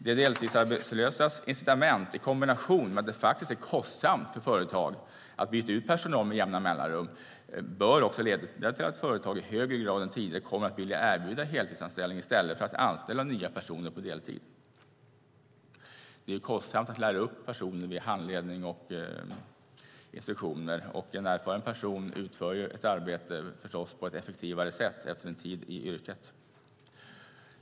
De deltidsarbetslösas incitament i kombination med att det faktiskt är kostsamt för företag att byta ut personal med jämna mellanrum bör också leda till att företag i högre grad än tidigare kommer att vilja erbjuda heltidsanställning i stället för att anställa nya personer på deltid. Det är kostsamt att lära upp personer med handledning och instruktioner. En erfaren person utför förstås sitt arbete på ett effektivare sätt efter en tid i yrket.